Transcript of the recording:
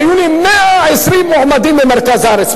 היו לי 120 מועמדים ממרכז הארץ,